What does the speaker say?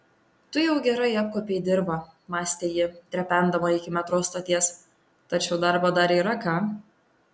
tu jau gerai apkuopei dirvą mąstė ji trependama iki metro stoties tačiau darbo dar yra ką